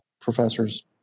professors